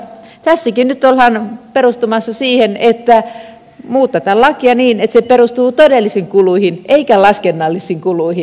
tässäkin nyt ollaan perustumassa siihen että muutetaan lakia niin että se perustuu todellisiin kuluihin eikä laskennallisiin kuluihin